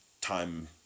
time